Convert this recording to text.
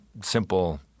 simple